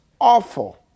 awful